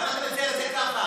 למה אתה מצייר את זה ככה?